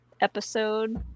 episode